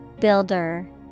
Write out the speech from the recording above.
Builder